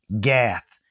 Gath